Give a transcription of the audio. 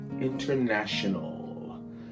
international